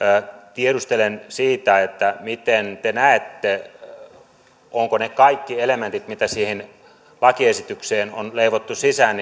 tiedustelen siitä miten te näette voidaanko niihin elementteihin mitä siihen lakiesitykseen on leivottu sisään